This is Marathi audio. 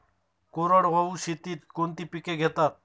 कोरडवाहू शेतीत कोणती पिके घेतात?